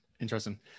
interesting